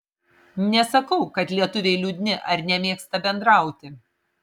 nesakau kad lietuviai liūdni ar nemėgsta bendrauti